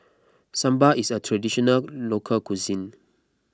Sambar is a Traditional Local Cuisine